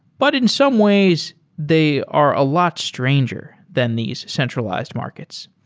but in some ways, they are a lot stranger than these centralized markets.